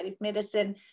Medicine